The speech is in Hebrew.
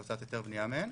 להוצאת היתר בנייה מהן,